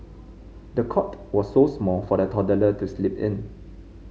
the cot was so small for the toddler to sleep in